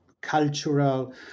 cultural